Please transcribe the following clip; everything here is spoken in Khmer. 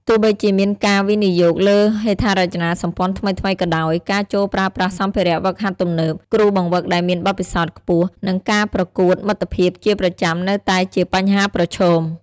ទោះបីជាមានការវិនិយោគលើហេដ្ឋារចនាសម្ព័ន្ធថ្មីៗក៏ដោយ ការចូលប្រើប្រាស់សម្ភារៈហ្វឹកហាត់ទំនើប គ្រូបង្វឹកដែលមានបទពិសោធន៍ខ្ពស់ និងការប្រកួតមិត្តភាពជាប្រចាំនៅតែជាបញ្ហាប្រឈម។